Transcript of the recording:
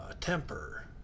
Temper